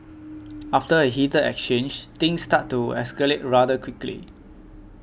after a heated exchange things started to escalate rather quickly